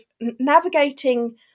navigating